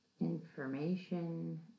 information